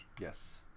Yes